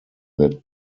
that